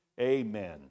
Amen